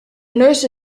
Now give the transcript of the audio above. nurse